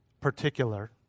particular